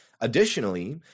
Additionally